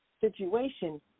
situation